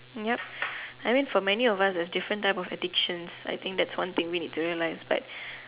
yup I mean for many of us there's different type of addictions I think that's one thing we need to realise like